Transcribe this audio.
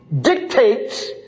dictates